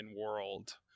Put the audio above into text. world